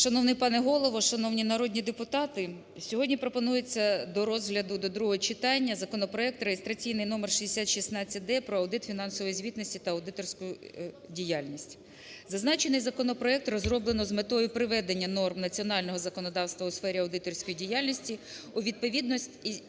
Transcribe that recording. Шановний пане Голово, шановні народні депутати! Сьогодні пропонується до розгляду до другого читання законопроект (реєстраційний номер 6016-д) про аудит фінансової звітності та аудиторську діяльність. Зазначений законопроект розроблено з метою приведення норм національного законодавства у сфері аудиторської діяльності у відповідність